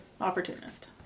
opportunist